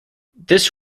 this